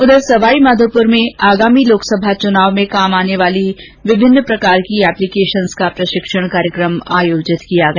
उधर सवाईमाधोपुर में आगामी लोकसभा चुनाव में काम आने वाली विभिन्न प्रकार की एपलीकेशन्स का प्रशिक्षण कार्यक्रम आयोजित हुआ